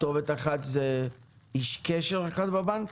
כתובת אחת זה איש קשר אחד בבנק?